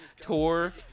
tour